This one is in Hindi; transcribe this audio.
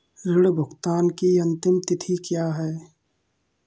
ऋण भुगतान की अंतिम तिथि क्या है?